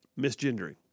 Misgendering